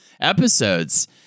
episodes